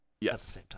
yes